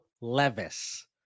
Levis